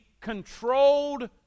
controlled